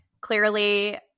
Clearly